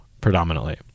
predominantly